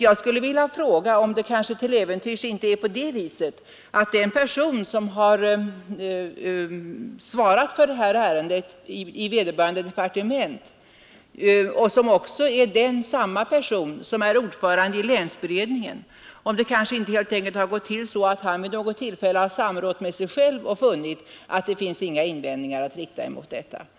Jag skulle vilja fråga om det inte till äventyrs kan ha gått till så att den person, som svarar för detta ärende i vederbörande departement och som också är ordförande i länsberedningen, har samrått med sig själv och funnit att inga invändningar finns att rikta mot detta förslag.